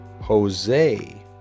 Jose